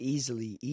Easily